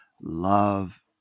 love